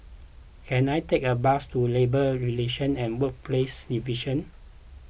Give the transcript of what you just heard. can I take a bus to Labour Relation and Workplaces Division